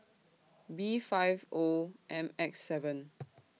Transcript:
B five O M X seven